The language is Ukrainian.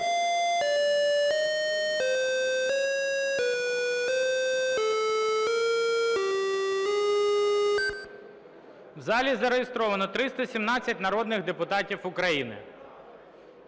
В залі зареєстровано 317 народних депутатів України.